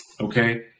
Okay